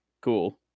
cool